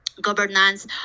governance